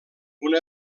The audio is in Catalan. una